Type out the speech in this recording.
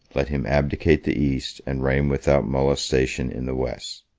let him abdicate the east, and reign without molestation in the west.